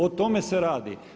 O tome se radi.